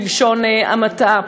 בלשון המעטה,